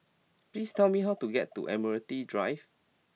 please tell me how to get to Admiralty Drive